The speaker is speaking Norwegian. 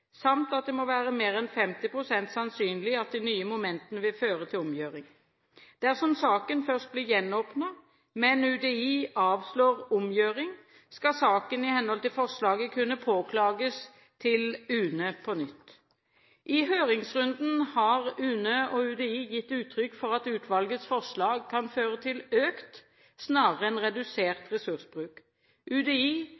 samt at det må være mer enn 50 pst. sannsynlig at de nye momentene vil føre til omgjøring. Dersom saken først blir gjenåpnet, men UDI avslår omgjøring, skal saken i henhold til forslaget kunne påklages til UNE på nytt. I høringsrunden har UNE og UDI gitt uttrykk for at utvalgets forslag kan føre til økt snarere enn